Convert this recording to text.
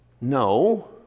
no